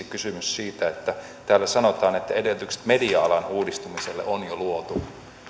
kysymys siitä kun täällä budjettikirjan sivulla viiteensataanviiteenkymmeneenviiteen sanotaan että edellytykset media alan uudistumiselle on jo luotu